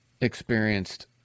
experienced